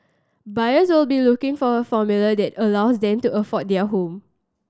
buyers will be looking for a formula that allows them to afford their home